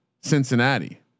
Cincinnati